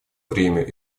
время